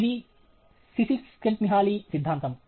ఇది సిసిక్స్జెంట్మిహాలీ సిద్ధాంతం